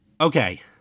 Okay